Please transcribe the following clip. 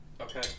Okay